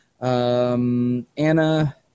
Anna